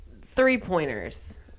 three-pointers